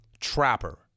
Trapper